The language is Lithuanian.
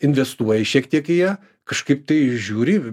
investuoji šiek tiek į ją kažkaip tai žiūri